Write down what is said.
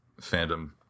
fandom